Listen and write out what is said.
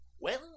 Well